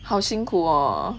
好辛苦 orh